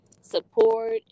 support